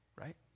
right